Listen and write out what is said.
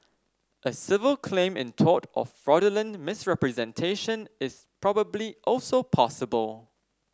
a civil claim in tort of fraudulent misrepresentation is probably also possible